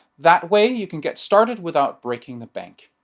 that way you could get started without breaking the bank.